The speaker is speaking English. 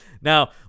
Now